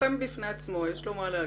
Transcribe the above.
לוחם בפני עצמו ויש לו מה להגיד.